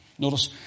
Notice